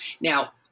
now